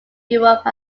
europe